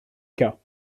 cas